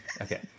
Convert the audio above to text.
Okay